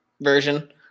version